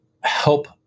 help